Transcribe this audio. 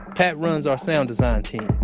pat runs our sound design team.